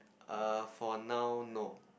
err for now no